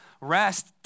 Rest